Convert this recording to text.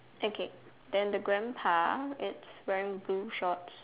okay then the grandpa it's wearing blue shorts